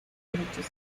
derechos